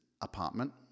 apartment